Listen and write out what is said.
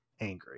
angry